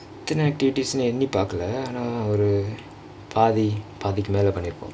எத்தன:ethana activities என்னி பாக்கல ஆனா ஒறு பாதி பாதிக்கு மேல பன்னிருப்போம்:enni paakala aanaa oru paathi paathiku mela pannirupom